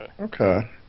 Okay